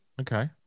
Okay